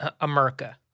America